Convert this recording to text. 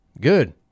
Good